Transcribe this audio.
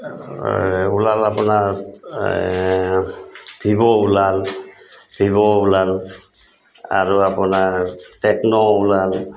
ওলাল আপোনাৰ ভিভ' ওলাল ভিভ' ওলাল আৰু আপোনাৰ টেকন' ওলাল